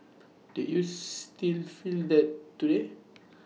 did you still feel that today